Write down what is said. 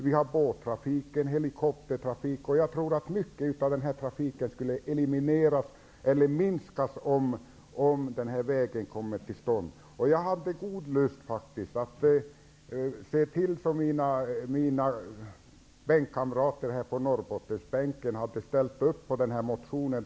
Vi har båttrafiken och helikoptertrafiken. Jag tror att mycket av den här trafiken skulle elimineras eller minskas om vägen kom till stånd. Jag hade faktiskt god lust att se till att mina bänkkamrater här på Norrbottensbänken ställde upp på den här motionen.